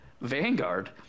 Vanguard